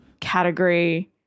category